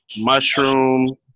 mushroom